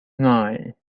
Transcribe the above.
nine